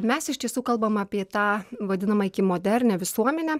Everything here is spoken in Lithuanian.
mes iš tiesų kalbam apie tą vadinamą iki modernią visuomenę